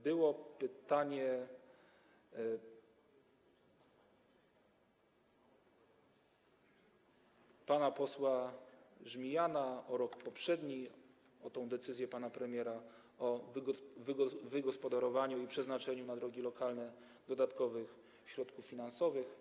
Było pytanie pana posła Żmijana o rok poprzedni, o decyzję pana premiera o wygospodarowaniu i przeznaczeniu na drogi lokalne dodatkowych środków finansowych.